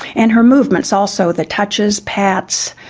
and her movements also, the touches, pats,